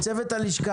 לצוות הלשכה